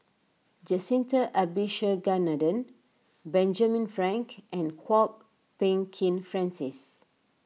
Jacintha Abisheganaden Benjamin Frank and Kwok Peng Kin Francis